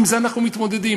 עם זה אנחנו מתמודדים,